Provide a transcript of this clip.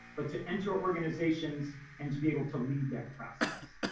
but to enter organizations and to be able to lead that process.